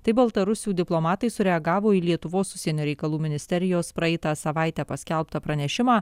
taip baltarusių diplomatai sureagavo į lietuvos užsienio reikalų ministerijos praeitą savaitę paskelbtą pranešimą